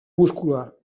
muscular